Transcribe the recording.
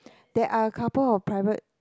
there are a couple of private